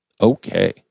Okay